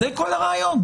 זה כל הרעיון.